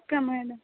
కంబైనా